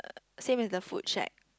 same as the food shack